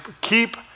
keep